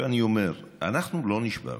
אני אומר: אנחנו לא נשברנו.